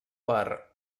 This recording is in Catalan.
per